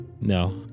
No